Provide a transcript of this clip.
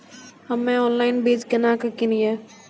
हम्मे ऑनलाइन बीज केना के किनयैय?